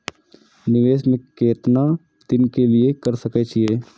निवेश में केतना दिन के लिए कर सके छीय?